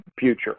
future